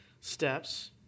steps